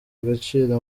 agaciro